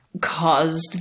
Caused